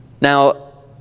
Now